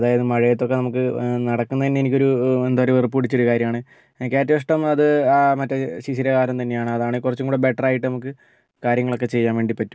അതായത് മഴയത്തൊക്കെ നമുക്ക് നടക്കുന്നത് തന്നെ എനിക്കൊരു എന്താ ഒരു വെറുപ്പ് പിടിച്ചൊരു കാര്യമാണ് എനിക്കേറ്റവും ഇഷ്ടം അത് മറ്റേ ശിശിരകാലം തന്നെയാണ് അതാണെ കുറച്ചും കൂടി ബെറ്റർ ആയിട്ട് നമുക്ക് കാര്യങ്ങളൊക്കെ ചെയ്യാൻ വേണ്ടി പറ്റും